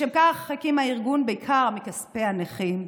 לשם כך הקים הארגון, בעיקר מכספי הנכים,